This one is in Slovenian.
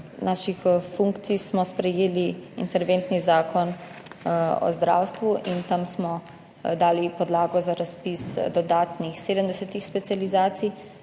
svojih funkcij smo sprejeli interventni zakon o zdravstvu in tam smo dali podlago za razpis dodatnih 70 specializacij